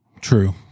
true